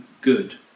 good